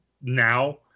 Now